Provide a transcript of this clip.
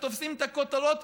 שתופסים את הכותרות,